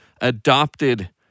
adopted